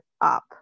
up